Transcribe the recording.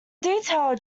detailed